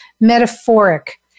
metaphoric